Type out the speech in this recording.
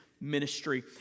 ministry